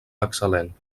excel·lent